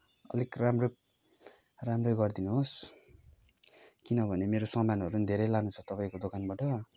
अलिक राम्रो राम्रै गरी दिनुहोस् किनभने मेरो सामानहरू पनि धेरै लानु छ तपाईँको दोकानबाट